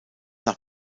nach